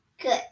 Good